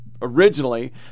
Originally